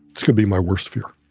it's gonna be my worst fear.